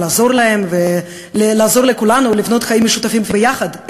לעזור לכולם ולעזור לכולנו לבנות חיים משותפים ביחד,